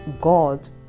God